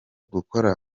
gukora